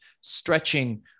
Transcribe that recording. stretching